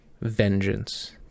vengeance